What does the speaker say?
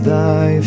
Thy